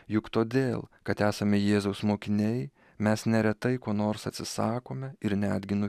juk todėl kad esame jėzaus mokiniai mes neretai ko nors atsisakome ir netgi nu